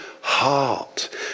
heart